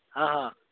हां हां